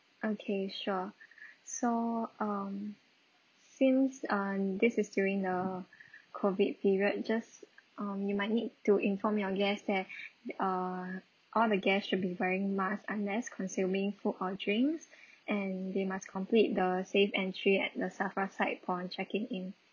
okay sure so um since um this is during the COVID period just um you might need to inform your guests that uh all the guests should be wearing mask unless consuming food or drinks and they must complete the SafeEntry at the SAFRA side upon checking in